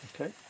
Okay